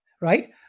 right